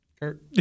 Kurt